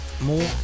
more